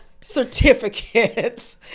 certificates